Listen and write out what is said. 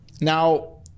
Now